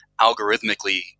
algorithmically